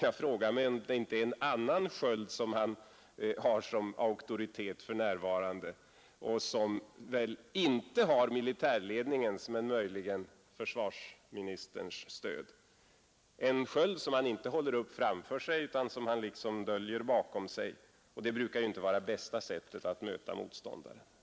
Jag frågar mig om det inte är en annan Sköld som han har som auktoritet för närvarande och som väl inte har militärledningens men möjligen försvarsministerns stöd — en sköld som han inte håller upp framför sig utan som han liksom döljer bakom sig. Det brukar ju inte vara det bästa sättet att möta motståndare.